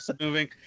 moving